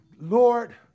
Lord